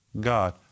God